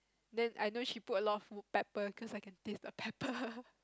then I know she put a lot of wood pepper cause I can taste the pepper